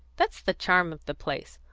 that's the charm of the place.